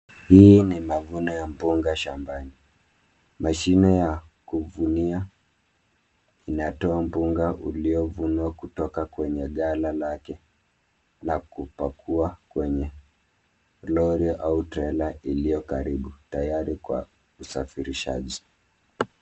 Hii ni mavuno ya mpunga shambani. Mashine ya kuvunia inatoa mpunga uliovunwa kutoka kwenye ghala lake na kupakua kwenye lori au trela iliyokaribu tayari kwa usafirishaji.